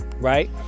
right